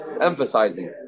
emphasizing